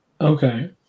Okay